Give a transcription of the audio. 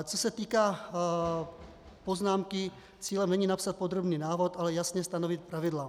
Co se týká poznámky: Cílem není napsat podrobný návod, ale jasně stanovit pravidla.